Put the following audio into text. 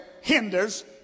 hinders